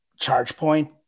ChargePoint